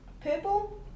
purple